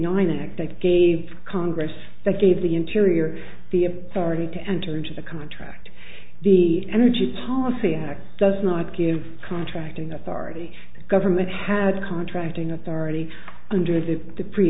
nine act that gave congress that gave the interior the authority to enter into the contract the energy policy act does not give contracting authority government had contracting authority under the the